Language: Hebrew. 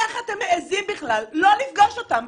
איך אתם מעזים בכלל לא לפגוש אותם?